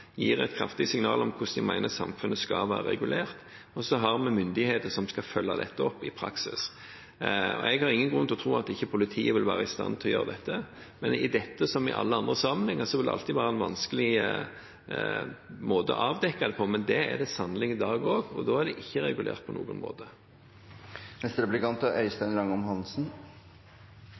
gir et kraftig signal om hvordan de mener samfunnet skal være regulert. Vi har myndigheter som skal følge dette opp i praksis, og jeg har ingen grunn til å tro at ikke politiet vil være i stand til å gjøre dette. Men dette, som i alle andre sammenhenger, vil det alltid være vanskelig å avdekke, men det er det sannelig i dag også, og da er det ikke regulert på noen